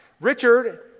Richard